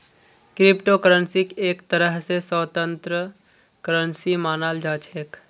crypto करन्सीक एक तरह स स्वतन्त्र करन्सी मानाल जा छेक